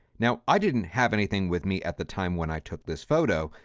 now, i didn't have anything with me at the time when i took this photo.